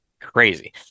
crazy